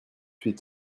suite